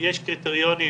יש קריטריונים